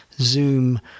zoom